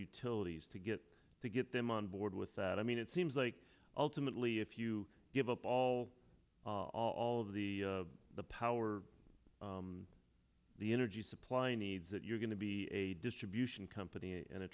utilities to get to get them onboard with that i mean it seems like ultimately if you give up all all of the the power the energy supply needs that you're going to be a distribution company and